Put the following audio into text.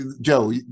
joe